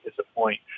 disappoint